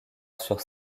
sur